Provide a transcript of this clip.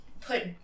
put